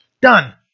done